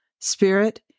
Spirit